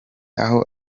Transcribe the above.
aho